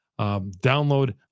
download